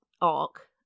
arc